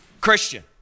Christian